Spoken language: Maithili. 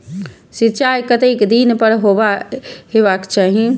सिंचाई कतेक दिन पर हेबाक चाही?